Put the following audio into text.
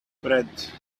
bread